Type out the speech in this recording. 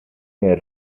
nel